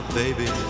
baby